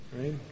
right